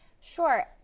Sure